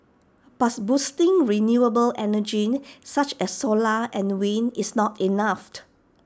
but boosting renewable energy such as solar and wind is not